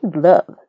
love